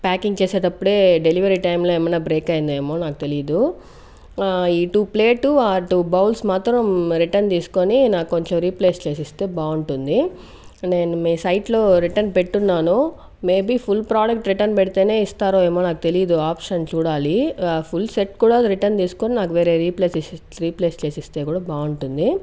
packing చేసేటప్పుడే delivery టైమ్లో ఏమైనా బ్రేక్ అయ్యిందేమో నాకు తెలియదు ఇటు ప్లేటు అటు బౌల్స్ మాత్రం రిటన్ తీసుకొని నాకు కొంచెం రీప్లేస్ చేసిస్తే బాగుంటుంది నేను మీ సైట్లో రిటర్న్ పెట్టున్నాను may be full product return పెడితేనే ఇస్తారేమో నాకు తెలియదు ఆప్షన్ చూడాలి ఫుల్ సెట్ కూడా రిటన్ తీసుకొని నాకు వేరే రీప్లేస్ రీప్లేస్ చేసి ఇస్తే కూడా బాగుంటుంది